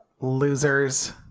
Losers